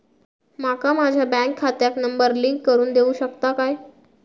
माका माझ्या बँक खात्याक नंबर लिंक करून देऊ शकता काय?